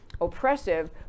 Oppressive